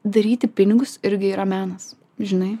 daryti pinigus irgi yra menas žinai